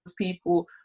people